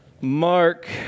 Mark